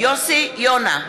יוסי יונה,